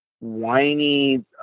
whiny